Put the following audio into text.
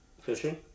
Fishing